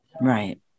right